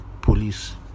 Police